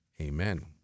Amen